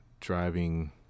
Driving